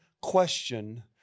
question